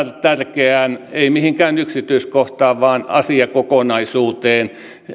ei mihinkään yksityiskohtaan vaan tärkeään asiakokonaisuuteen